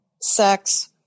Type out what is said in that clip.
sex